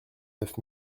neuf